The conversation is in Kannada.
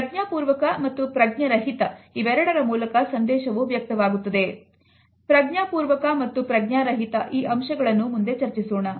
ಪ್ರಜ್ಞಾಪೂರ್ವಕ ಮತ್ತು ಪ್ರಜ್ಞಾ ರಹಿತ ಈ ಅಂಶಗಳನ್ನು ಮುಂದೆ ಚರ್ಚಿಸೋಣ